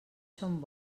són